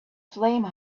flame